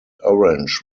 orange